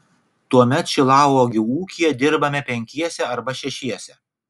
tuomet šilauogių ūkyje dirbame penkiese arba šešiese